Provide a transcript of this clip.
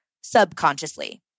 subconsciously